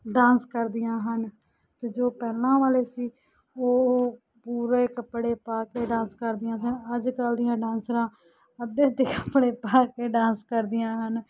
dance ਕਰਦੀਆਂ ਹਨ ਅਤੇ ਜੋ ਪਹਿਲਾਂ ਵਾਲੇ ਸੀ ਉਹ ਪੂਰੇ ਕੱਪੜੇ ਪਾ ਕੇ ਡਾਂਸ ਕਰਦੀਆਂ ਸਨ ਅੱਜ ਕੱਲ੍ਹ ਦੀਆਂ ਡਾਂਸਰਾਂ ਅੱਧੇ ਅੱਧੇ ਕੱਪੜੇ ਪਾ ਕੇ ਡਾਂਸ ਕਰਦੀਆਂ ਹਨ